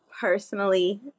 personally